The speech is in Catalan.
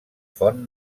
font